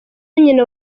nyina